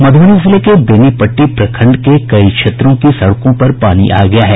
मधुबनी जिले के बेनीपट्टी प्रखंड के कई क्षेत्रों की सड़कों पर पानी आ गया है